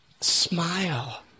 smile